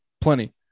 plenty